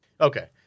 Okay